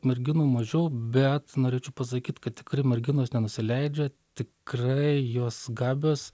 merginų mažiau bet norėčiau pasakyt kad tikrai merginos nenusileidžia tikrai jos gabios